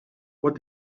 what